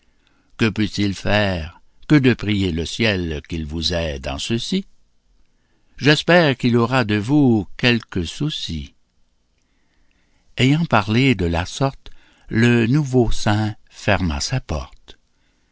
que peut-il faire que de prier le ciel qu'il vous aide en ceci j'espère qu'il aura de vous quelque souci ayant parlé de cette sorte le nouveau saint ferma sa porte